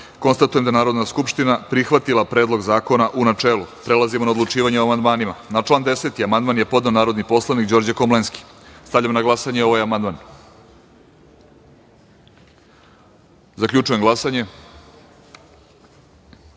161.Konstatujem da je Narodna skupština prihvatila Predlog zakona, u načelu. Prelazimo na odlučivanje o amandmanu. Na član 1. amandman je podneo narodni poslanik Đorđe Komlenski. Stavljam na glasanje ovaj amandman. Zaključujem glasanje: